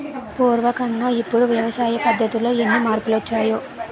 పూర్వకన్నా ఇప్పుడు వ్యవసాయ పద్ధతుల్లో ఎన్ని మార్పులొచ్చాయో